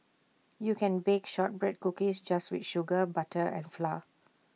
you can bake Shortbread Cookies just with sugar butter and flour